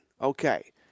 okay